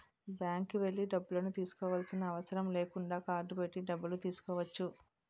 బ్యాంక్కి వెళ్లి డబ్బులను తీసుకోవాల్సిన అవసరం లేకుండా కార్డ్ పెట్టి డబ్బులు తీసుకోవచ్చు